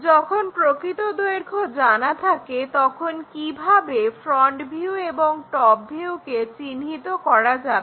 যখন প্রকৃত দৈর্ঘ্য জানা থাকে তখন কিভাবে ফ্রন্ট ভিউ এবং টপ ভিউকে চিহ্নিত করা যাবে